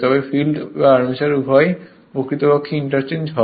তবে ফিল্ড বা আর্মেচার উভয়ই প্রকৃতপক্ষে ইন্টারচেঞ্জ হয়